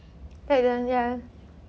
ya